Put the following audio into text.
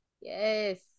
Yes